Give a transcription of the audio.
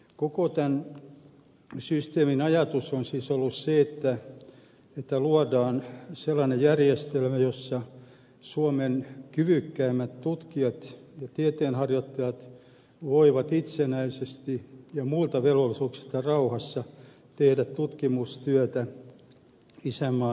koko tämän systeemin ajatus on siis ollut se että luodaan sellainen järjestelmä jossa suomen kyvykkäimmät tutkijat ja tieteenharjoittajat voivat itsenäisesti ja muilta velvollisuuksilta rauhassa tehdä tutkimustyötä isänmaan hyväksi